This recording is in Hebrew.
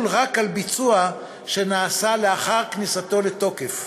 רק על ביצוע שנעשה לאחר כניסתו לתוקף,